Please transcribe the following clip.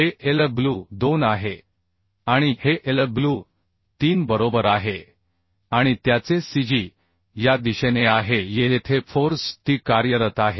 हे Lw2 आहे आणि हे Lw3 बरोबर आहे आणि त्याचे cg या दिशेने आहे येथे फोर्स T कार्यरत आहे